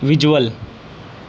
visual